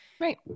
Right